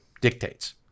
dictates